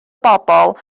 bobl